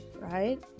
right